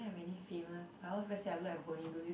is there many famous but a lot of people say I look like Bonnie-Loo